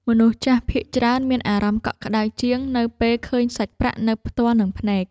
មនុស្សចាស់ភាគច្រើនមានអារម្មណ៍កក់ក្តៅជាង នៅពេលឃើញសាច់ប្រាក់នៅផ្ទាល់នឹងភ្នែក។